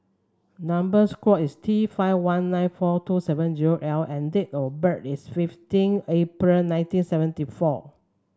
number square is T five one nine four two seven zero L and date of birth is fifteen April nineteen seventy four